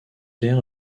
l’air